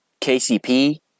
KCP